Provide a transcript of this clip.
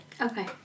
Okay